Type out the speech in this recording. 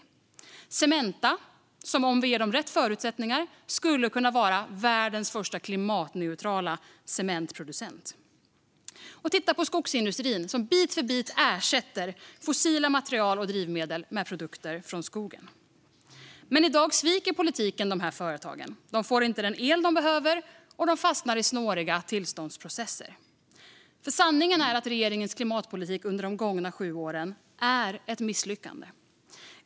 Titta på Cementa, som om vi ger dem rätt förutsättningar skulle kunna vara världens första klimatneutrala cementproducent! Och titta på skogsindustrin, som bit för bit ersätter fossila material och drivmedel med produkter från skogen! Men i dag sviker politiken dessa företag. De får inte den el de behöver, och de fastnar i snåriga tillståndsprocesser. Sanningen är att regeringens klimatpolitik under de gångna sju åren är ett misslyckande.